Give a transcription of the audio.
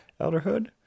elderhood